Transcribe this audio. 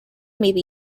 maybe